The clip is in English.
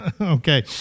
Okay